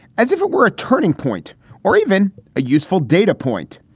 as if it were a turning point or even a useful data point.